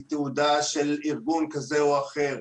היא תעודה של ארגון כזה או אחר,